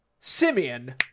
Simeon